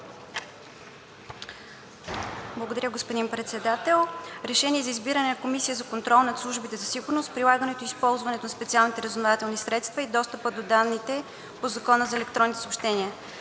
състав и председател на Комисията за контрол над службите за сигурност, прилагането и използването на специалните разузнавателни средства и достъпа до данните по Закона за електронните съобщения.